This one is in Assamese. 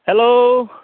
হেল্ল'